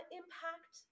impact